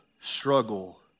struggle